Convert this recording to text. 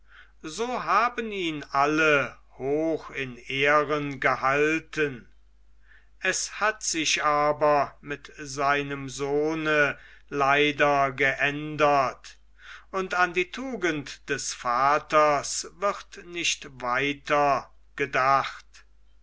so haben ihn alle hoch in ehren gehalten es hat sich aber mit seinem sohne leider geändert und an die tugend des vaters wird nicht weiter gedacht